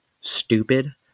stupid